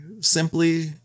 simply